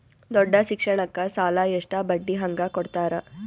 ದೊಡ್ಡ ಶಿಕ್ಷಣಕ್ಕ ಸಾಲ ಎಷ್ಟ ಬಡ್ಡಿ ಹಂಗ ಕೊಡ್ತಾರ?